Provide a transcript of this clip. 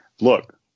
Look